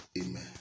Amen